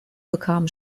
bekam